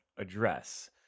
address